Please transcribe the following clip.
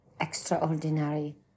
extraordinary